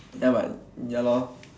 ya but ya loh